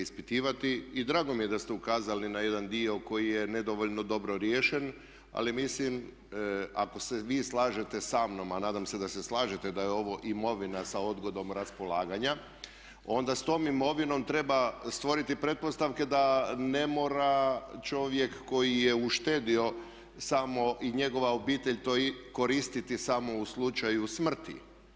I drago mi je da ste ukazali na jedan dio koji je nedovoljno dobro riješen ali mislim ako se vi slažete sa mnom, a nadam se da se slažete da je ovo imovina sa odgodom raspolaganja onda s tom imovinom treba stvoriti pretpostavke da ne mora čovjek koji je uštedio s i njegova obitelj to koristiti samo u slučaju smrti.